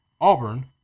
Auburn